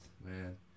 man